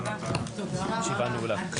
הישיבה נעולה.